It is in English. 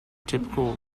typical